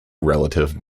relative